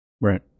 Right